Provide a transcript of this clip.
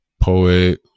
poet